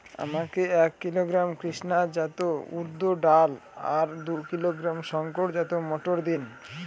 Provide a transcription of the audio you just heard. আমাকে এক কিলোগ্রাম কৃষ্ণা জাত উর্দ ডাল আর দু কিলোগ্রাম শঙ্কর জাত মোটর দিন?